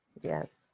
Yes